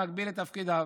במקביל לתפקידיו",